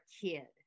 kid